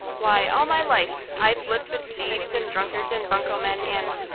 why, all my life i've lived with thieves, and drunkards, and bunco men, and